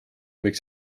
võiks